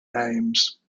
names